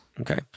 Okay